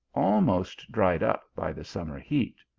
almost dried up by the summer heat.